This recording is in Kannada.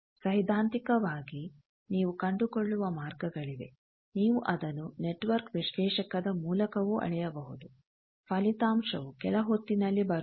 ಸೈದ್ದಾಂತಿಕವಾಗಿ ನೀವು ಕಂಡುಕೊಳ್ಳುವ ಮಾರ್ಗಗಳಿವೆ ನೀವು ಅದನ್ನು ನೆಟ್ವರ್ಕ್ ವಿಶ್ಲೇಷಕದ ಮೂಲಕವೂ ಅಳೆಯಬಹುದು ಫಲಿತಾಂಶವು ಕೆಲ ಹೊತ್ತಿನಲ್ಲಿ ಬರುತ್ತದೆ